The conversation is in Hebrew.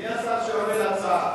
מי השר שעונה על ההצעה?